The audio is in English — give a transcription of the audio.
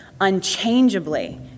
unchangeably